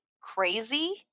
crazy